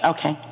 Okay